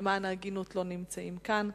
לא נמצאים כאן.